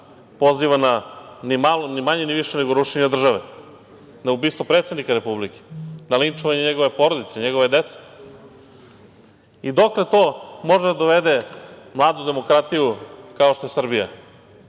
poziva na, ni manje ni više, nego rušenje države, na ubistvo predsednika Republike, na linčovanje njegove porodice, njegove dece. Dokle to može da dovede mladu demokratiju kao što je Srbija?